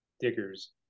diggers